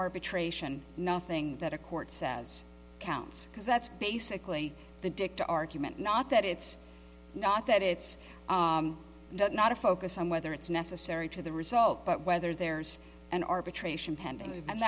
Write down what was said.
arbitration nothing that a court says counts because that's basically the dicta argument not that it's not that it's not a focus on whether it's necessary to the result but whether there's an arbitration